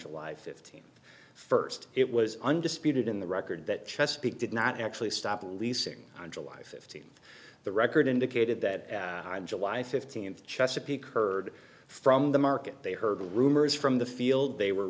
july fifteenth first it was undisputed in the record that chesapeake did not actually stop leasing on july fifteenth the record indicated that july fifteenth chesapeake heard from the market they heard rumors from the field they were